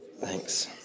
Thanks